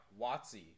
Watsy